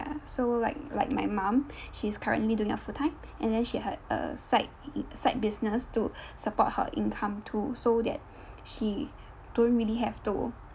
ya so like like my mum she's currently doing a full time and then she had a side side business to support her income too so that she don't really have to